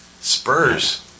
spurs